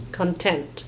content